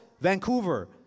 Vancouver